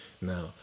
Now